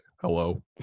hello